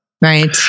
Right